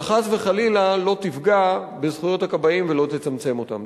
אבל חס וחלילה לא תפגע בזכויות הכבאים ולא תצמצם אותן.